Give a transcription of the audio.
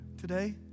today